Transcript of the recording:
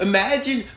Imagine